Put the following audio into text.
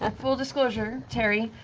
ah full disclosure, tary,